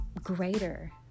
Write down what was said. greater